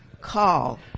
Call